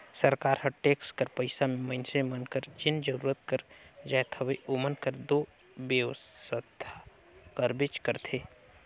सरकार हर टेक्स कर पइसा में मइनसे मन कर जेन जरूरत कर जाएत हवे ओमन कर दो बेवसथा करबेच करथे